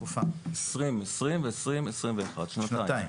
במשך שנתיים.